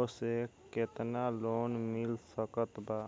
ओसे केतना लोन मिल सकत बा?